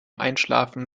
einschlafen